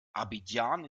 abidjan